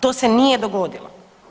To se nije dogodilo.